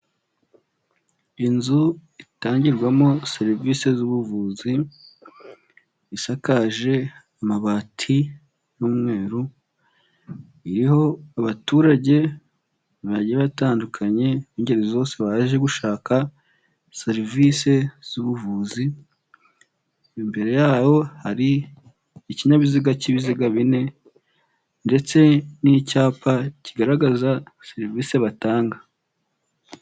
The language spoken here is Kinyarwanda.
Inzu itangirwamo serivisi zubuvuzi, isakaje amabati y'umweru, iriho abaturage bajya batandukanye b'ingeri zose baje gushaka serivisi z'ubuvuzi imbere yaho hari ikinyabiziga cy'ibiziga bine ndetse n'icyapa kigaragaza serivisi batanga.